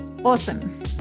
Awesome